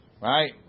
Right